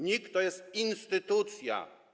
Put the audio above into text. NIK to jest instytucja.